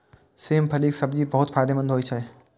सेम फलीक सब्जी बहुत फायदेमंद होइ छै